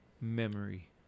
memory